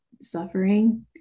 suffering